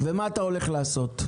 ומה אתה הולך לעשות?